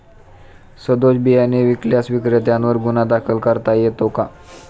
सदोष बियाणे विकल्यास विक्रेत्यांवर गुन्हा दाखल करता येतो का?